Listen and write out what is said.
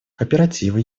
кооперативы